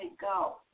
go